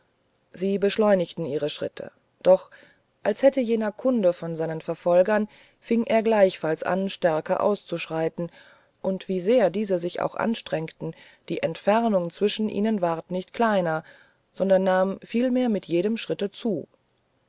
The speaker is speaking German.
sie beschleunigten ihre schritte doch als hätte jener kunde von seinen verfolgern fing er gleichfalls an stärker auszuschreiten und wie sehr diese sich auch anstrengten die entfernung zwischen ihnen ward nicht kleiner sondern nahm vielmehr mit jedem schritte zu